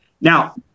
now